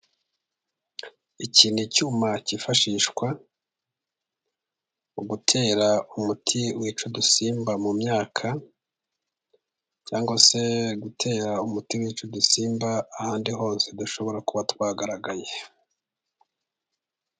Iki ni icyuma cyifashishwa mu gutera umuti wica udusimba mu myaka, cyangwa se gutera umuti wica udusimba ahandi hose dushobora kuba twagaragaye.